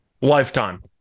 lifetime